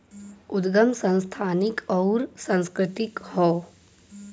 उदगम संस्थानिक अउर सांस्कृतिक हौ